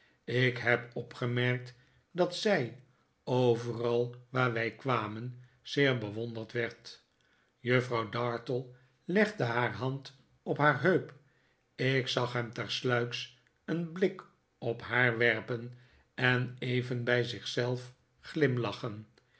ik heb opgemerkt dat zij overal waar wij kwamen zeer bewonderd werd juffrouw dartle jegde haar hand op haar heup ik zag hem tersluiks een blik op haar werpen en even bij zich zelf glimlachen